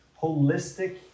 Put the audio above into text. Holistic